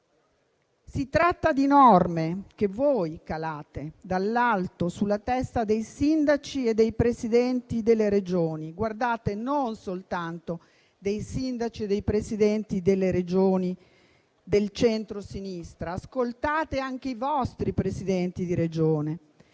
Si tratta di norme che voi calate dall'alto sulla testa dei sindaci e dei presidenti delle Regioni e non soltanto di quelli delle Regioni del centrosinistra. Ascoltate anche i vostri presidenti di Regione,